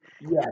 Yes